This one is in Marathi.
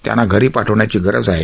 त्यांना घरी पाठवण्याची गरज आहे